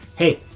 hey,